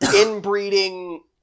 inbreeding